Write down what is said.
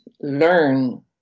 learn